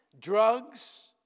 drugs